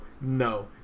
no